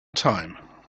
time